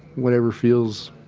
whatever feels,